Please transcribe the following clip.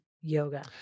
yoga